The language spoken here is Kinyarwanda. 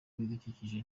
ibidukikije